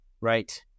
right